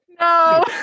no